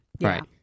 Right